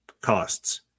costs